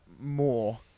more